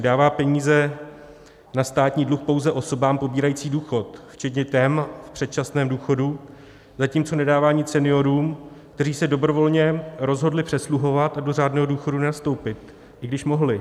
Dává peníze na státní dluh pouze osobám pobírajícím důchod, včetně těm v předčasném důchodu, zatímco nedává nic seniorům, kteří se dobrovolně rozhodli přesluhovat a do řádného důchodu nenastoupit, i když mohli.